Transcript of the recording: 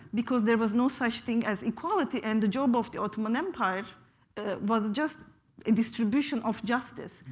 because there was no such thing as equality. and the job of the ottoman empire was just a distribution of justice.